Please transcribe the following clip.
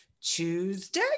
Tuesday